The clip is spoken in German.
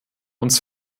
uns